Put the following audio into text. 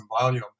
volume